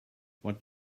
what